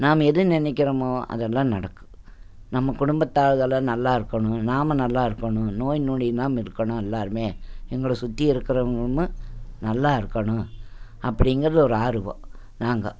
நாம எது நினக்குறமோ அதெலாம் நடக்கும் நம்ம குடும்பத்து ஆள்களை நல்லா இருக்கணும் நாம் நல்லா இருக்கணும் நோய் நொடி இல்லாமல் இருக்கணும் எல்லாருமே எங்களை சுத்தி இருக்கிறவுங்களும் நல்லா இருக்கணும் அப்படிங்குறது ஒரு ஆர்வம் நாங்கள்